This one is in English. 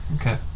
Okay